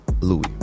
Louis